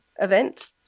event